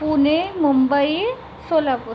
Pune Mumbai Solapur